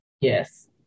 Yes